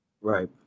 Right